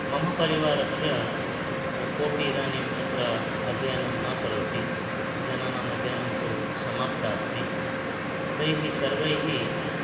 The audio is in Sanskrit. मम परिवारस्य कोपि इदानीम् अत्र अध्ययनं न करोति जनानाम् अध्ययनं तु समाप्ता अस्ति तैः सर्वैः